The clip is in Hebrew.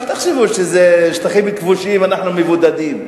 אל תחשבו שזה שטחים כבושים ואנחנו מבודדים.